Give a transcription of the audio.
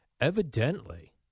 Evidently